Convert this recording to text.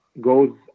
goes